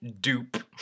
Dupe